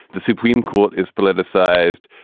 the supreme court is politicized,